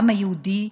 העם היהודי